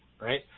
right